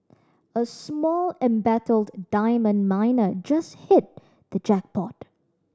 a small embattled diamond miner just hit the jackpot